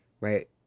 Right